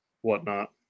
whatnot